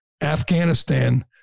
Afghanistan